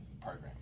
program